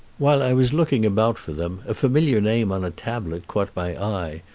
while i was looking about for them a familiar name on a tablet caught my eye,